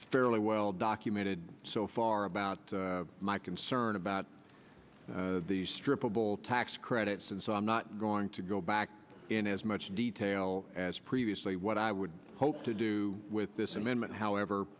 fairly well documented so far about my concern about the strip of all tax credits and so i'm not going to go back in as much detail as previously what i would hope to do with this amendment however